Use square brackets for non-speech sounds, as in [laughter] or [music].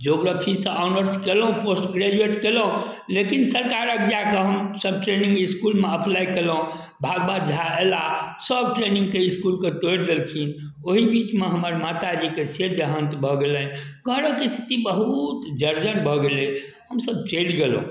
ज्योग्राफीसँ honours कएलहुँ post graduate कएलहुँ लेकिन सरकारके [unintelligible] जाकऽ हमसभ ट्रेनिङ्ग इसकुलमे अप्लाइ कएलहुँ भागवत झा अएला सब ट्रेनिङ्गके इसकुलके तोड़ि देलखिन ओही बीचमे हमर माताजीके से देहान्त भऽ गेलनि घरके इस्थिति बहुत जर्जर भऽ गेलै हमसब चलि गेलहुँ